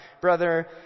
brother